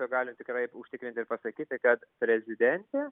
tiesiog galim tikrai užtikrintai pasakyti kad prezidentė